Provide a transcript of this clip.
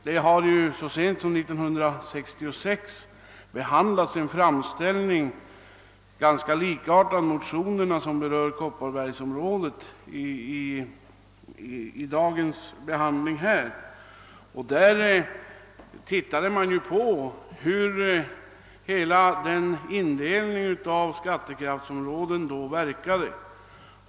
Så sent som 1966 behandlades en framställning som var ganska lik dessa motioner som gäller kopparbergsområdet. Då undersöktes hur indelningen i skattekraftsområden verkade.